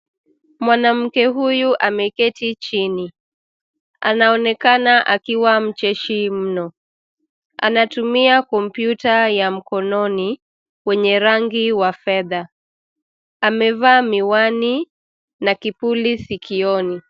Mwanamke huyu ameketi chini, anaonekana akiwa mcheshi mno, anatumia kompyuta ya mkononi, wenye rangi wa fedha, amevaa miwani, na kipuli sikioni.